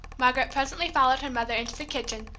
margaret presently followed her mother into the kitchen,